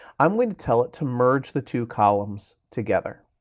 i'm going to tell it to merge the two columns together.